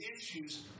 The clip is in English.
issues